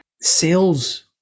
Sales